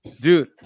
Dude